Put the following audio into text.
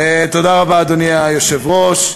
אדוני היושב-ראש,